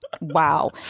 wow